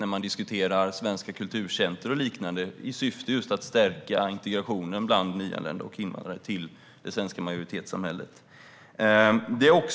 De har diskuterat svenska kulturcenter och liknande i syfte att stärka integrationen bland nyanlända och invandrare i det svenska majoritetssamhället.